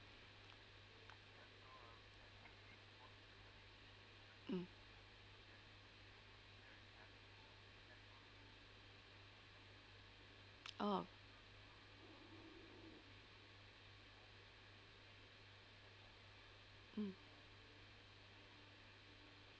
mm ah mm